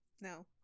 no